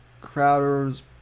Crowder's